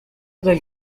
del